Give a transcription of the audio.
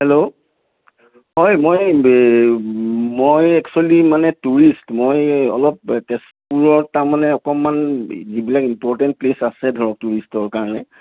hello হয় মই মই এক্সোৱেলি মানে টুৰিষ্ট মই অলপ তেজপুৰত তাৰমানে অকণমান যিবিলাক ইম্পৰ্টেণ্ট প্লে'চ আছে ধৰক টুৰিষ্টৰ কাৰণে